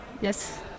Yes